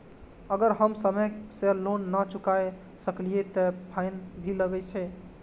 अगर हम समय से लोन ना चुकाए सकलिए ते फैन भी लगे छै?